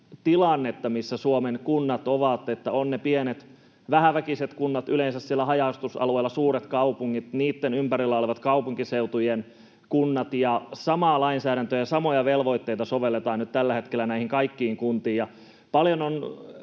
tilannetta, missä Suomen kunnat ovat, että on ne pienet, vähäväkiset kunnat yleensä siellä haja-asutusalueilla ja suuret kaupungit ja niitten ympärillä olevat kaupunkiseutujen kunnat. Samaa lainsäädäntöä ja samoja velvoitteita sovelletaan nyt tällä hetkellä näihin kaikkiin kuntiin. Paljon on